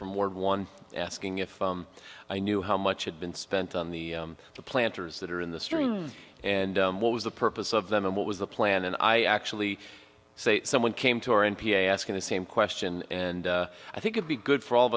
from ward one asking if i knew how much had been spent on the planters that are in the stream and what was the purpose of them and what was the plan and i actually say someone came to our n p a asking the same question and i think it be good for all of